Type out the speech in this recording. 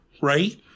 right